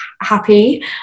happy